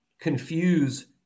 confuse